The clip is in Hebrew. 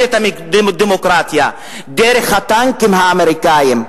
את הדמוקרטיה דרך הטנקים האמריקניים.